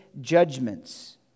judgments